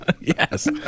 Yes